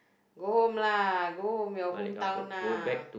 go home lah go home your hometown ah